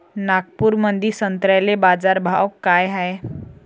नागपुरामंदी संत्र्याले बाजारभाव काय हाय?